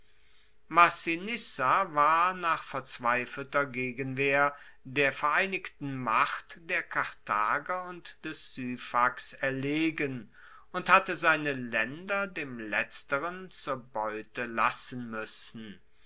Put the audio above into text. massinissa war nach verzweifelter gegenwehr der vereinigten macht der karthager und des syphax erlegen und hatte seine laender dem letzteren zur beute lassen muessen